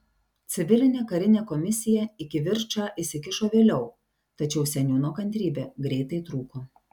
civilinė karinė komisija į kivirčą įsikišo vėliau tačiau seniūno kantrybė greitai trūko